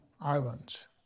Islands